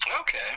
Okay